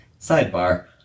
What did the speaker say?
sidebar